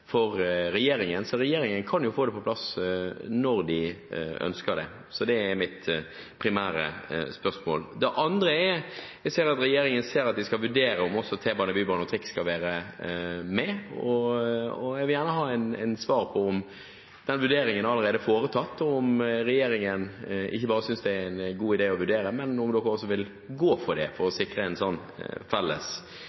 for regjeringen, så regjeringen kan jo få det på plass når den ønsker det. Det er mitt primære spørsmål. Det andre gjelder at regjeringen sier at de skal vurdere om også T-bane, bybane og trikk skal være med, og jeg vil gjerne ha et svar på om den vurderingen allerede er foretatt, og om regjeringen ikke bare synes det er en god idé å vurdere, men om den også vil gå for det, for å